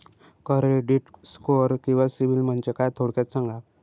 Credit score किंवा CIBIL म्हणजे काय? थोडक्यात सांगा